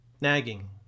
nagging